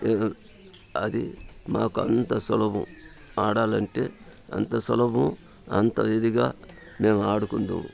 అది మాకంత సులభం ఆడాలంటే అంత సులభం అంత ఇదిగా మేము ఆడుకుంటాము